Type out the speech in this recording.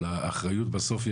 על האחריות בסוף.